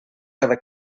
cada